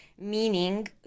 meaning